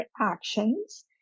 actions